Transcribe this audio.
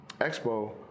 expo